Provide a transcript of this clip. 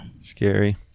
Scary